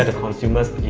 and consumers,